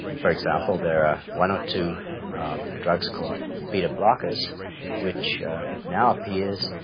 for example there are one or two drugs called beta blockers which, it now appears,